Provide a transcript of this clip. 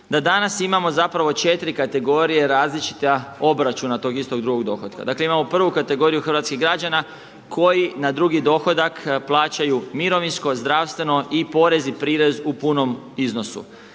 da danas imamo zapravo 4 kategorije različita obračuna tog istog drugog dohotka. Dakle, imamo prvu kategoriju hrvatskih građana koji na drugi dohodak plaćaju mirovinsko, zdravstveno i porez i prirez u punom iznosu.